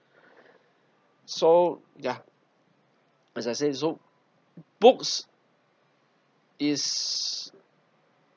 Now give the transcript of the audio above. so ya as I said so books is